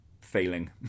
failing